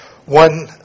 One